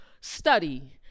study